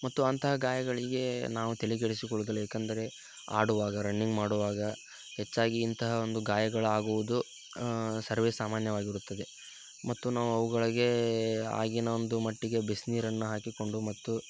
ಮತ್ತು ಅಂತಹ ಗಾಯಗಳಿಗೆ ನಾವು ತಲೆಕೆಡಿಸಿಕೊಳ್ಳೋದಿಲ್ಲ ಯಾಕಂದರೆ ಆಡುವಾಗ ರನ್ನಿಂಗ್ ಮಾಡುವಾಗ ಹೆಚ್ಚಾಗಿ ಇಂತಹ ಒಂದು ಗಾಯಗಳಾಗುವುದು ಸರ್ವೇಸಾಮಾನ್ಯವಾಗಿರುತ್ತದೆ ಮತ್ತು ನಾವು ಅವುಗಳಿಗೇ ಆಗಿನ ಒಂದು ಮಟ್ಟಿಗೆ ಬಿಸಿನೀರನ್ನು ಹಾಕಿಕೊಂಡು ಮತ್ತು